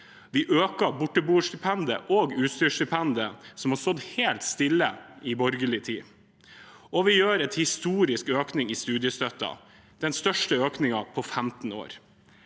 vi øker borteboerstipendet og utstyrsstipendet, som har stått helt stille i borgerlig tid, og vi gjør en historisk økning i studiestøtten – den største økningen på 15 år.